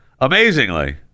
amazingly